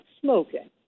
smoking